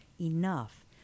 enough